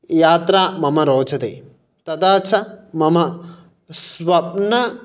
यात्रा मम रोचते तथा च मम स्वप्न